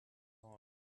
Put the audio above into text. heart